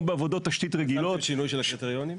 בעבודות תשתית רגילות -- תחת שינוי של הקריטריונים?